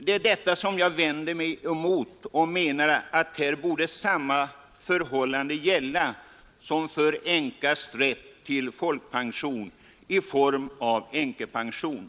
Det är detta som jag vänder mig emot, och jag menar att samma förhållande borde gälla som för änkas rätt till folkpension i form av änkepension.